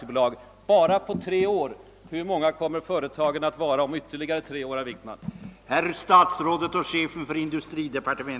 Detta bara på tre år. Hur många kommer företagen att vara om ytterligare tre år, herr Wickman?